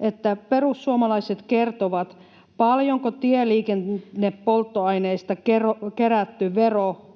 että perussuomalaiset kertovat, paljonko tieliikennepolttoaineista kerätty vero